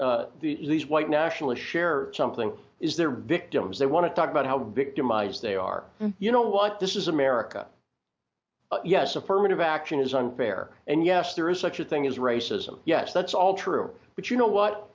these white nationalists share something is their victims they want to talk about how victimized they are you know what this is america yes affirmative action is unfair and yes there is such a thing as racism yes that's all true but you know what